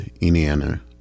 Indiana